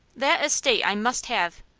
that estate i must have.